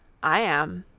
i am,